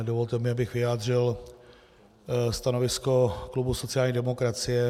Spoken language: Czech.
Dovolte mi, abych vyjádřil stanovisko klubu sociální demokracie.